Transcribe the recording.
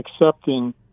accepting